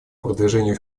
продвижению